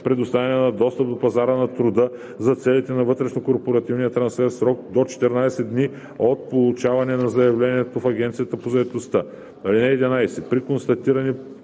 предоставяне на достъп до пазара на труда за целите на вътрешнокорпоративния трансфер в срок до 14 дни от получаване на заявлението в Агенцията по заетостта.